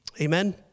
Amen